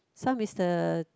some is the